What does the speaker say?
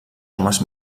homes